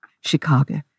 Chicago